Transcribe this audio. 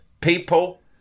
people